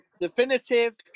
definitive